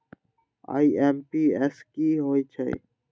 IMPS की होईछइ?